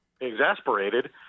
exasperated